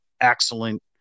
excellent